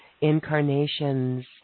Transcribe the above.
incarnations